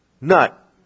nut